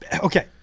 Okay